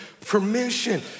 permission